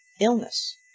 illness